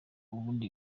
ubundi